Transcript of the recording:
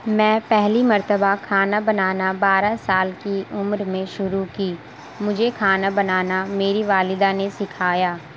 میں پہلی مرتبہ کھانا بنانا بارہ سال کی عمر میں شروع کی مجھے کھانا بنانا میری والدہ نے سکھایا